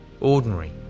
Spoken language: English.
ordinary